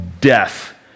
death